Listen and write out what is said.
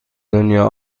دنیا